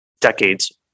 decades